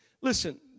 listen